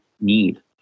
need